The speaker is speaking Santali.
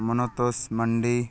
ᱢᱚᱱᱚᱛᱳᱥ ᱢᱟᱱᱰᱤ